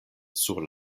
sur